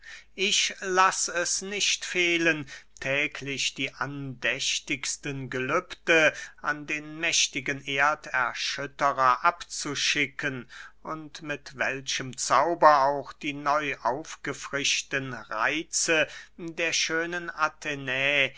ich lass es nicht fehlen täglich die andächtigsten gelübde an den mächtigen erderschütterer abzuschicken und mit welchem zauber auch die neuaufgefrischten reitze der schönen athenä